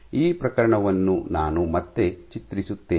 ಈ ಪ್ರಕರಣವನ್ನು ನಾನು ಮತ್ತೆ ಚಿತ್ರಿಸುತ್ತೇನೆ